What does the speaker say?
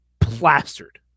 plastered